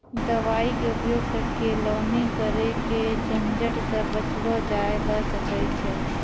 दवाई के उपयोग सॅ केलौनी करे के झंझट सॅ बचलो जाय ल सकै छै